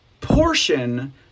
portion